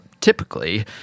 typically